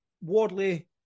Wardley